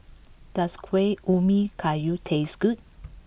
does Kuih Ubi Kayu taste good